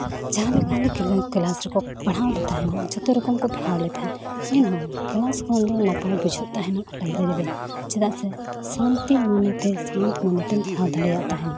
ᱡᱟᱦᱟᱸ ᱞᱮᱠᱟ ᱟᱞᱮ ᱠᱞᱟᱥ ᱨᱮᱠᱚ ᱯᱟᱲᱦᱟᱣ ᱞᱮ ᱛᱟᱦᱮᱸᱫ ᱡᱷᱚᱛᱚ ᱨᱚᱠᱚᱢ ᱠᱚ ᱯᱟᱲᱦᱟᱣ ᱞᱮ ᱛᱟᱦᱮᱸᱫ ᱮᱱᱦᱚᱸ ᱠᱞᱟᱥ ᱠᱷᱚᱱ ᱫᱚ ᱱᱟᱯᱟᱭ ᱵᱩᱡᱷᱟᱹᱜ ᱛᱟᱦᱮᱱ ᱞᱟᱭᱵᱨᱮᱨᱤ ᱨᱮ ᱪᱮᱫᱟᱜ ᱥᱮ ᱥᱟᱱᱛᱤ ᱢᱚᱱᱮ ᱛᱮ ᱥᱟᱱᱛ ᱢᱚᱱᱮ ᱛᱮᱢ ᱯᱟᱲᱦᱟᱣ ᱫᱟᱲᱮᱭᱟᱜ ᱛᱟᱦᱮᱱ